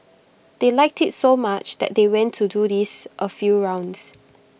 they liked IT so much that they went to do this A few rounds